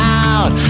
out